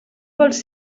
vols